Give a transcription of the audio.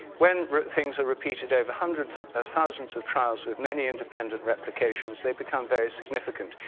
when things are repeated over hundreds of thousands of trials with many independent replications, they become very significant,